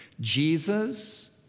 Jesus